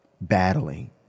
battling